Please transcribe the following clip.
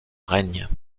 règne